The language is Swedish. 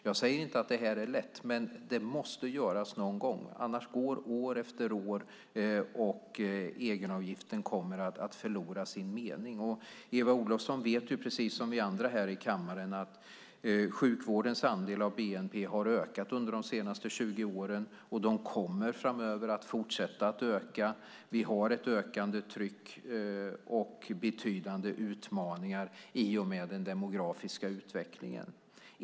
Jag säger inte att det här är lätt, men det måste göras någon gång. Annars går år efter år, och egenavgiften kommer att förlora sin mening. Eva Olofsson vet, precis som vi andra här i kammaren, att sjukvårdens andel av bnp har ökat under de senaste 20 åren. Och det kommer framöver att fortsätta att öka. Vi har ett ökande tryck och betydande utmaningar i och med den demografiska utvecklingen.